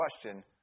question